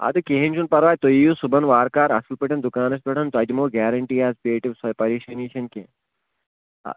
اَدٕ کِہیٖنۍ چھُنہِ پَراوے تُہۍ یِیِو صبحن وارٕکارٕ اَصٕل پٲٹھۍ دُکانس پٮ۪ٹھ تۄہہِ دِمہو گیرنٹی حظ پٮ۪ٹھہٕ سۄ پریشٲنی چَھنہٕ کیٚنٛہہ